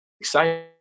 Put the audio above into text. exciting